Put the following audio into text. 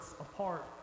apart